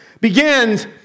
begins